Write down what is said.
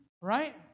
right